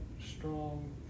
strong